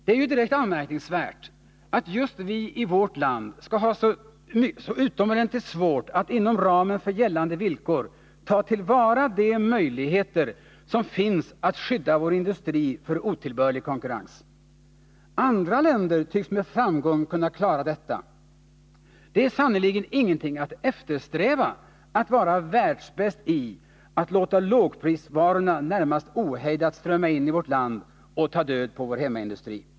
Det är direkt anmärkningsvärt att just vi i vårt land skall ha så utomordentligt svårt att inom ramen för gällande villkor ta till vara de möjligheter som finns att skydda vår industri för otillbörlig konkurrens. Andra länder tycks med framgång kunna göra detta. Det är sannerligen ingenting att eftersträva att vara världsbäst i att låta lågprisvarorna närmast ohejdat strömma in i landet och ta död på hemmaindustrin.